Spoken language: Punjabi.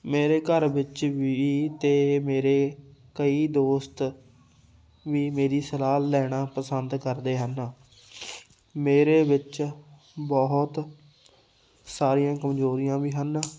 ਮੇਰੇ ਘਰ ਵਿੱਚ ਵੀ ਅਤੇ ਮੇਰੇ ਕਈ ਦੋਸਤ ਵੀ ਮੇਰੀ ਸਲਾਹ ਲੈਣਾ ਪਸੰਦ ਕਰਦੇ ਹਨ ਮੇਰੇ ਵਿੱਚ ਬਹੁਤ ਸਾਰੀਆਂ ਕਮਜ਼ੋਰੀਆਂ ਵੀ ਹਨ